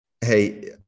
hey